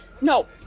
No